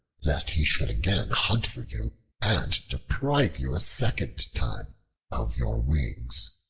lest he should again hunt for you and deprive you a second time of your wings.